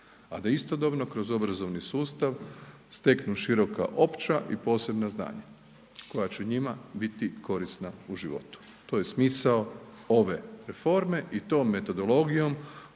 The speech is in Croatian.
a da istodobno kroz obrazovni sustav steknu široka opća i posebna znanja koja će njima biti korisna u životu, to je smisao ove reforme i tom metodologijom